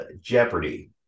Jeopardy